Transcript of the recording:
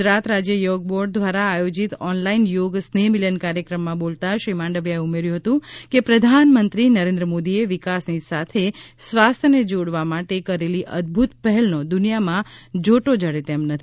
ગુજરાત રાજ્ય યોગ બોર્ડ દ્વારા આયોજિત ઓનલાઇન યોગ સ્નેહ મિલન કાર્યક્રમમાં બોલતા શ્રી માંડવિયાએ ઉમેર્યું હતું કે પ્રધાનમંત્રી મોદીએ વિકાસની સાથે સ્વાસ્થ્યને જોડવા માટે કરેલી અદભૂત પહેલનો દુનિયામાં જોટો જડે તેમ નથી